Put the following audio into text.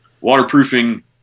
Waterproofing